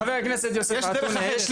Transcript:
חבר הכנסת יוסף עטאונה,